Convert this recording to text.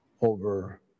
over